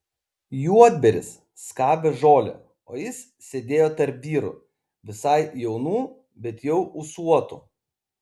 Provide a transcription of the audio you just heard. juodbėris skabė žolę o jis sėdėjo tarp vyrų visai jaunų bet jau ūsuotų